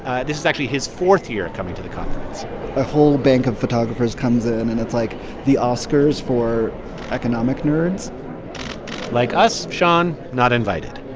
ah this is actually his fourth year coming to the conference a whole bank of photographers comes in, and it's like the oscars for economic nerds like us, shawn not invited.